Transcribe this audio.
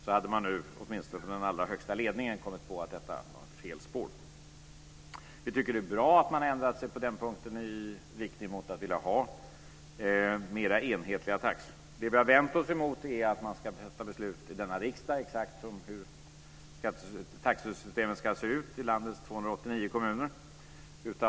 Nu hade åtminstone den högsta ledningen kommit på att detta var fel spår. Vi tycker att det är bra att man har ändrat sig på den punkten, i riktning mot att vilja ha mer enhetliga taxor. Det som vi har vänt oss emot är att man ska fatta beslut i denna riksdag om exakt hur taxesystemet ska se ut i landets 289 kommuner.